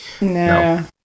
No